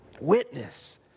witness